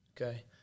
Okay